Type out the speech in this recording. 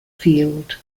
field